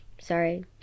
sorry